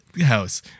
house